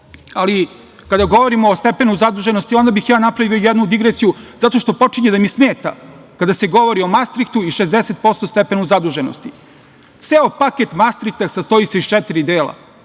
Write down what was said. ali kada govorimo o stepenu zaduženosti onda bih ja napravio jednu digresiju zato počinje da mi smeta kada se govori o mastriktu i 60% stepena zaduženosti. Ceo paket mastrikta sastoji se iz četiri dela